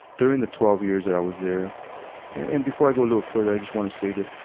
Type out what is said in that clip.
during the twelve years that i was there and, and before i got a little further, i just wanna say that,